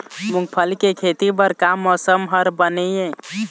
मूंगफली के खेती बर का मौसम हर बने ये?